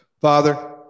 Father